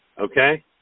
okay